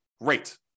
great